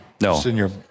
No